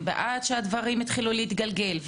עד שהדברים התחילו להתגלגל,